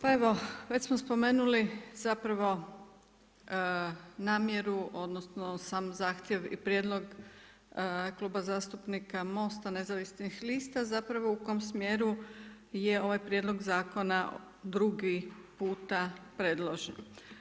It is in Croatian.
Pa evo već smo spomenuli zapravo namjeru, odnosno sam zahtjev i prijedlog Kluba zastupnika MOST-a nezavisnih lista zapravo u kom smjeru je ovaj prijedlog zakona drugi puta predložen.